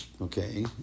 okay